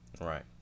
right